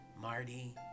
Marty